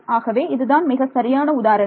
ஆகவே இது தான் மிக சரியான உதாரணம்